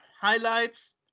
highlights